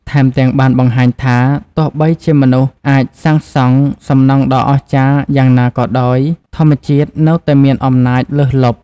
ថែមទាំង បានបង្ហាញថា ទោះបីជាមនុស្សអាចសាងសង់សំណង់ដ៏អស្ចារ្យយ៉ាងណាក៏ដោយ ធម្មជាតិនៅតែមានអំណាចលើសលប់។